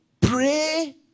pray